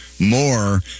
More